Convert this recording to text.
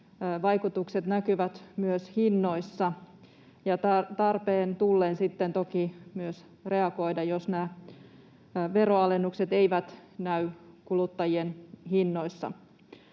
vaikutukset näkyvät myös hinnoissa, ja tarpeen tullen sitten toki myös reagoida, jos nämä veroalennukset eivät näy kuluttajien hinnoissa.